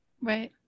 right